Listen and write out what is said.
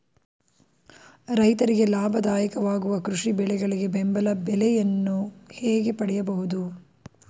ರೈತರಿಗೆ ಲಾಭದಾಯಕ ವಾಗುವ ಕೃಷಿ ಬೆಳೆಗಳಿಗೆ ಬೆಂಬಲ ಬೆಲೆಯನ್ನು ಹೇಗೆ ಪಡೆಯಬಹುದು?